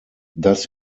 das